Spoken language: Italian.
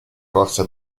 corsa